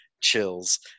chills